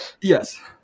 Yes